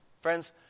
Friends